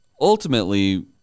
ultimately